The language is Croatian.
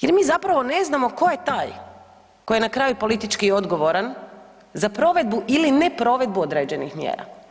jer mi zapravo ne znam tko je taj koji je na kraju politički odgovoran za provedbu ili ne provedbu određenih mjera.